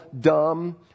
dumb